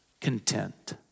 content